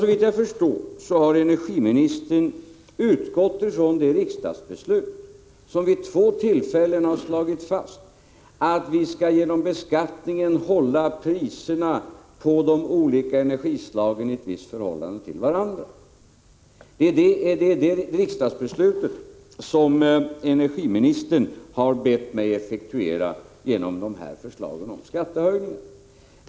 Såvitt jag förstår har energiministern utgått från det riksdagsbeslut som vid två tillfällen har slagit fast att vi genom beskattningen skall hålla priserna på de olika energislagen i ett visst förhållande till varandra. Det är det riksdagsbeslutet som energiministern har bett mig effektuera genom förslagen till skattehöjningar.